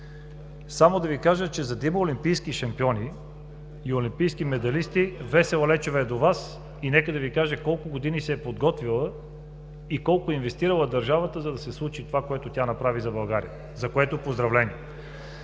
само да Ви кажа, че за да има олимпийски шампиони и олимпийски медалисти – госпожа Лечева е до Вас, нека да Ви каже колко години се е подготвяла и колко е инвестирала държавата, за да се случи това, което тя направи за България, за което – поздравления!